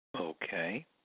Okay